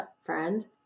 friend